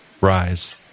rise